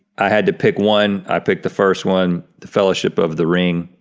i had to pick one, i picked the first one, the fellowship of the ring,